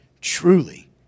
Truly